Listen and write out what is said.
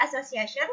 Association